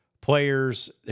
players